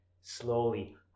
slowly